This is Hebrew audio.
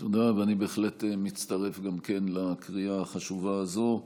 תודה, ואני בהחלט מצטרף לקריאה החשובה הזאת.